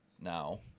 now